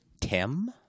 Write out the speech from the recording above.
Tim